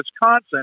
Wisconsin